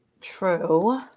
True